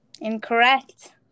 Incorrect